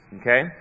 Okay